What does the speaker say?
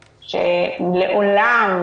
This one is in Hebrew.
שלעולם,